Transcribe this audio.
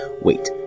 Wait